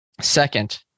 second